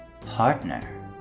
partner